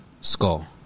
skull